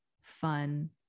fun